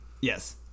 Yes